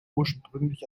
ursprünglich